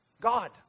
God